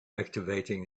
activating